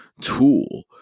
tool